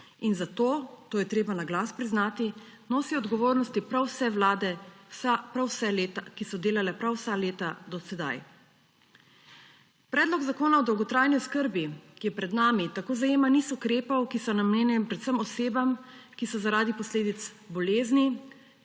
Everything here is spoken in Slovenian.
in zato, to je treba na glas priznati, nosijo odgovornosti prav vse vlade, ki so delale prav vsa leta do sedaj. Predlog zakona o dolgotrajni oskrbi, ki je pred nami, tako zajema niz ukrepov, ki so namenjeni predvsem osebam, ki so zaradi posledic bolezni,